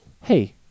Hey